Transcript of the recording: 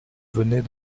venait